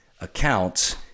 accounts